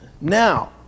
Now